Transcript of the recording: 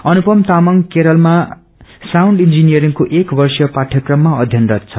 अनुपम तामंग केरलमा साउण्ड इजिनियहरङको एक वर्षीय पाइयक्रम अध्ययनरत छन्